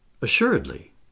Assuredly